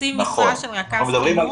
חצי משרה של רכז חינוך?